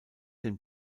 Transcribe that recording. den